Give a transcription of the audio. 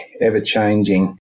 ever-changing